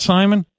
Simon